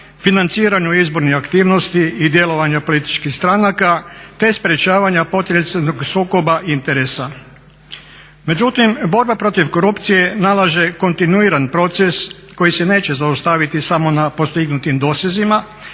financiranju izbornih aktivnosti i djelovanja političkih stranaka, te sprječavanja potencijalnog sukoba interesa. Međutim, borba protiv korupcije nalaže kontinuiran proces koji se neće zaustaviti samo na postignutim dosezima